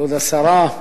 כבוד השרה,